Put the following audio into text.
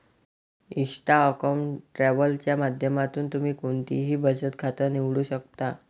Insta account travel च्या माध्यमातून तुम्ही कोणतंही बचत खातं निवडू शकता